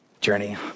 journey